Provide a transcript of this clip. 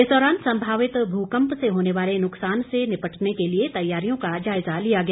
इस दौरान संभावित भूकम्प से होने वाले नुक्सान से निपटने के लिए तैयारियों का जायजा लिया गया